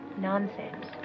Nonsense